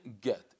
get